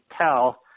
tell